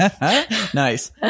Nice